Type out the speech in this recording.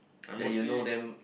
I mostly